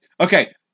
okay